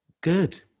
good